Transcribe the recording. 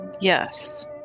Yes